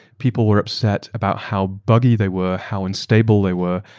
people were upset about how buggy they were, how unstable they were,